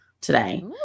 today